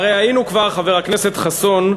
הרי היינו כבר, חבר הכנסת חסון,